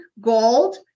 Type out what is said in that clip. gold